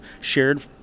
shared